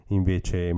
invece